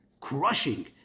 crushing